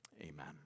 amen